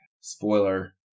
Spoiler